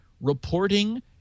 reporting